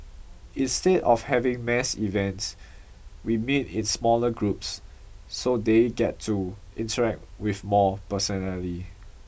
instead of having mass events we meet in smaller groups so they get to interact with more personally